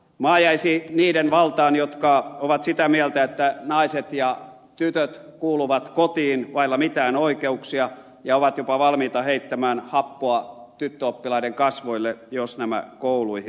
maa jäisi niiden valtaan jotka ovat sitä mieltä että naiset ja tytöt kuuluvat kotiin vailla mitään oikeuksia ja ovat jopa valmiita heittämään happoa tyttöoppilaiden kasvoille jos nämä kouluihin menevät